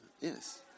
yes